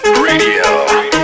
Radio